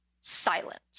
silent